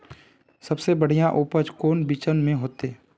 सबसे बढ़िया उपज कौन बिचन में होते?